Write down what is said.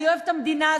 אני אוהב את המדינה הזאת,